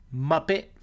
Muppet